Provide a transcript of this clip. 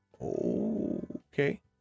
Okay